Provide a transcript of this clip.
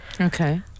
Okay